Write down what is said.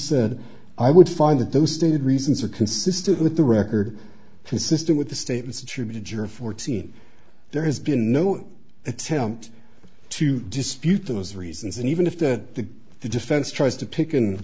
said i would find that those stated reasons are consistent with the record consistent with the statements attributed to her fourteen there has been no attempt to dispute those reasons and even if that the defense tries to pick and